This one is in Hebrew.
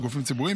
בגופים ציבוריים,